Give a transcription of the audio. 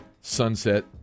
Sunset